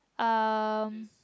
um